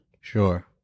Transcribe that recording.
sure